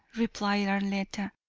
replied arletta,